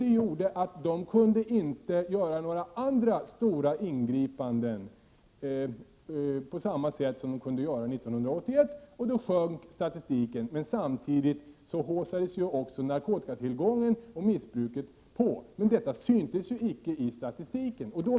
Det gjorde att polisen inte kunde göra några andra stora ingripanden på samma sätt som 1981, och då sjönk siffrorna, men samtidigt ökade narkotikatillgången och missbruket. Detta syntes icke i statistiken.